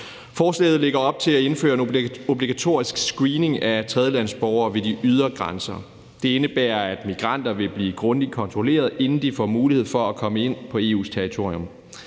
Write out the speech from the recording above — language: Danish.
Forslaget lægger op til at indføre en obligatorisk screening af tredjelandsborgere ved de ydre grænser. Det indebærer, at migranter vil blive grundigt kontrolleret, inden de får mulighed for at komme ind på EU's territorium.